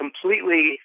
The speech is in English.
completely